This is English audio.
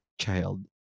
child